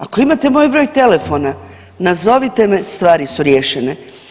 Ako imate moj broj telefona, nazovite me, stvari su riješene.